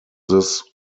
this